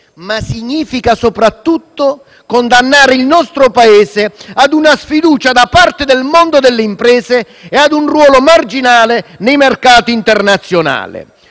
ma significa soprattutto condannare il nostro Paese a una sfiducia da parte del mondo delle imprese e a un ruolo marginale nei mercati internazionali.